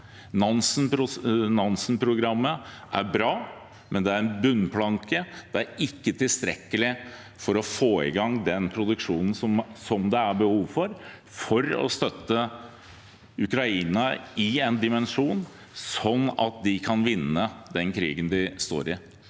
Nansen-programmet er bra, men det er en bunnplanke. Det er ikke tilstrekkelig for å få i gang den produksjonen det er behov for for å støtte Ukraina sånn at de kan vinne den krigen de står i.